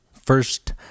First